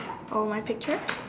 my picture